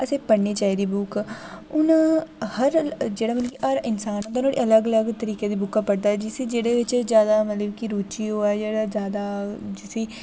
असें पढ़नी चाहि्दी बुक हून हर जेह्ड़ा मतलब कि हर इंसान होंदा नुहाड़ी अलग अलग तरीकें दी बुक्कां पढ़दा ऐ जिसी जेह्दे च जादै जेह्की रूचि होऐ मतलब जादा जुसी